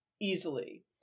easily